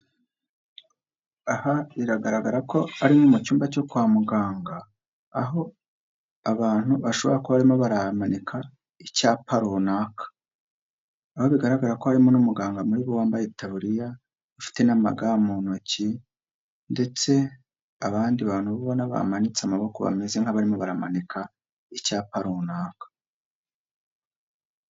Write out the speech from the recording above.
Aha biragaragara ko ari mu cyumba cyo kwa muganga, aho abantu bashobora kuba barimo barahamanika icyapa runaka, aho bigaragara ko harimo n'umuganga muri bo wambaye itabariya ufite n'amaga mu ntoki, ndetse abandi bantu bo ubona bamanitse amaboko bameze nk'abarimo baramanika icyapa runaka.